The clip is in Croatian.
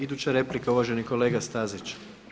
Iduća replika uvaženi kolega Stazić.